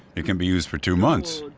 it can be used for two months,